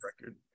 record